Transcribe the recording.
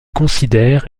considère